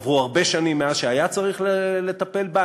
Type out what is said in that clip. עברו הרבה שנים מאז היה צריך לטפל בה,